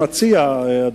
זה נושא חשוב.